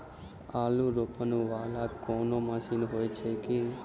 आलु रोपा वला कोनो मशीन हो छैय की?